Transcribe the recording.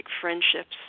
friendships